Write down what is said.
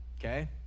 okay